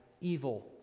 evil